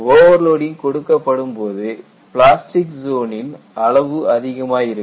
overloading கொடுக்கப்படும் போது plastic ஜோனின் அளவு அதிகமாயிருக்கும்